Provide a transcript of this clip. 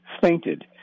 fainted